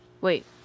wait